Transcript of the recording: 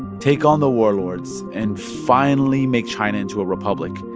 take on the warlords and finally make china into a republic.